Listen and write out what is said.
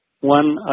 one